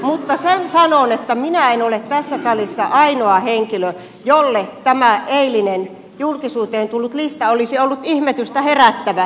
mutta sen sanon että minä en ole tässä salissa ainoa henkilö jolle tämä eilinen julkisuuteen tullut lista olisi ollut ihmetystä herättävä